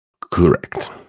Correct